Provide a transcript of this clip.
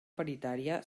paritària